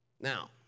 Now